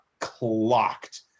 clocked